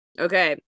okay